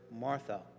Martha